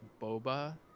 boba